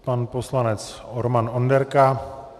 Pan poslanec Roman Onderka.